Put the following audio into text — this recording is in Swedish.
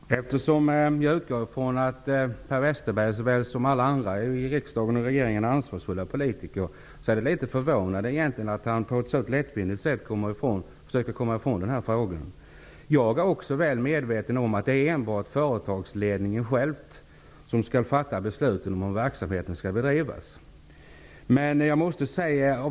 Herr talman! Eftersom jag utgår från att såväl Per Westerberg som alla andra i riksdagen och regeringen är ansvarsfulla politiker, är jag litet förvånad över att han på ett så lättvindigt sätt försöker komma ifrån denna fråga. Också jag är medveten om att det är enbart företagsledningen själv som kan fatta beslut om hur verksamheten skall bedrivas.